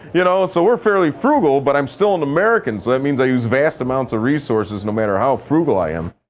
you know ah so we're fairly frugal, but i'm still an american. so that means i use vast amounts of resources, no matter how frugal i am.